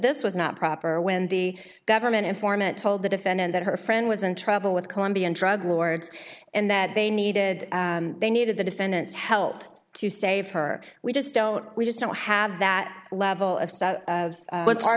this was not proper when the government informant told the defendant that her friend was in trouble with colombian drug lords and that they needed they needed the defendant's help to save her we just don't we just don't have that level of